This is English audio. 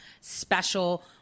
special